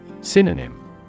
Synonym